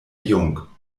jung